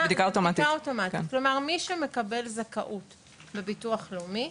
זו בדיקה אוטומטית כלומר מי שמקבל זכאות מביטוח לאומי,